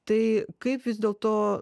tai kaip vis dėlto